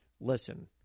Listen